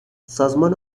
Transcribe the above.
سازمان